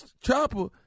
Chopper